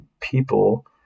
people